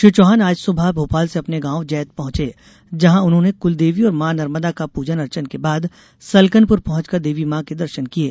श्री चौहान आज सुबह भोपाल से अपने गॉव जैत पहुंचे जहां उन्होंने कुल देवी और मां नर्मदा का पूजन अर्चन के बाद सलकनपुर पहुंचकर देवी मॉ के दर्शन किये